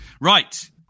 right